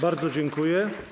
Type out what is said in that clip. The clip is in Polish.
Bardzo dziękuję.